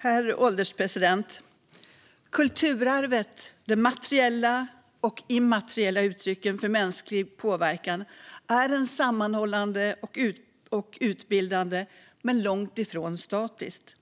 Herr ålderspresident! Kulturarvet, de materiella och immateriella uttrycken för mänsklig påverkan, är sammanhållande och utbildande men långt ifrån statiskt.